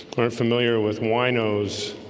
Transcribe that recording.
aren't familiar with winos